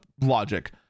logic